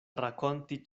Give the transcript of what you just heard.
rakonti